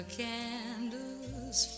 candles